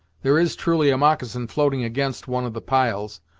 there is, truly, a moccasin floating against one of the piles,